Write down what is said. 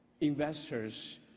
investors